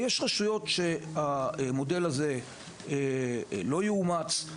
יש רשויות שבהן המודל הזה לא יאומץ,